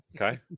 Okay